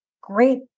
great